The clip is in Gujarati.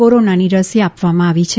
કોરોનાની રસી આપવામાં આવી છે